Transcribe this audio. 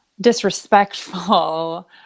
disrespectful